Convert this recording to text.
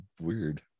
weird